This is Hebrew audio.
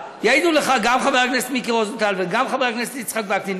יעידו לך גם חבר הכנסת מיקי רוזנטל וגם חבר הכנסת יצחק וקנין,